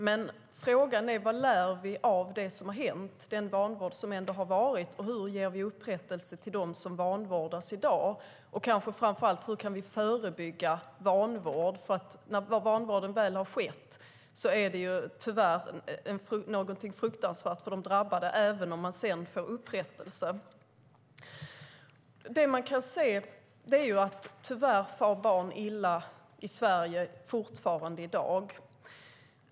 Men frågan är: Vad lär vi av det som har hänt, den vanvård som ändå har varit? Hur ger vi upprättelse till dem som vanvårdas i dag? Och kanske framför allt: Hur kan vi förebygga vanvård? När vanvården väl har skett är det tyvärr fruktansvärt för de drabbade även om de sedan får upprättelse. Man kan tyvärr se att barn fortfarande far illa i Sverige i dag.